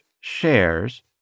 shares